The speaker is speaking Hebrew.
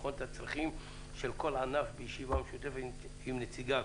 לבחון את הצרכים של כל ענף בישיבה משותפת עם נציגיו,